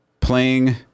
playing